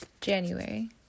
January